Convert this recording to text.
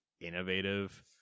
innovative